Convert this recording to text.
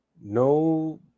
No